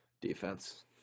Defense